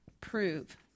prove